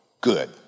good